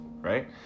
right